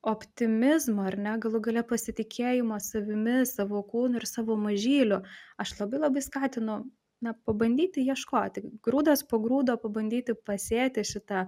optimizmo ar ne galų gale pasitikėjimo savimi savo kūnu ir savo mažyliu aš labai labai skatinu na pabandyti ieškoti grūdas po grūdo pabandyti pasėti šitą